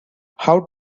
how